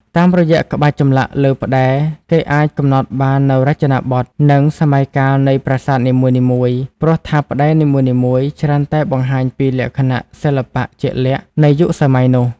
តាមរយៈក្បាច់ចម្លាក់លើផ្តែរ គេអាចកំណត់បាននូវរចនាបថ និងសម័យកាលនៃប្រាសាទនីមួយៗ ព្រោះថាផ្តែរនីមួយៗច្រើនតែបង្ហាញពីលក្ខណៈសិល្បៈជាក់លាក់នៃយុគសម័យនោះ។